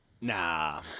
Nah